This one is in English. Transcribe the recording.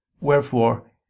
wherefore